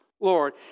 Lord